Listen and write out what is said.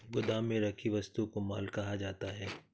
गोदाम में रखी वस्तु को माल कहा जाता है